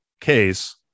case